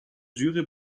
jury